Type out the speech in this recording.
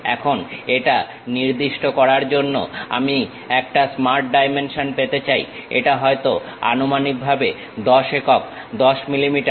এখন এটা নির্দিষ্ট করার জন্য আমি একটা স্মার্ট ডাইমেনশন পেতে চাই এটা হয়তো আনুমানিক ভাবে 10 একক 10 মিলিমিটার